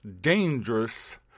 dangerous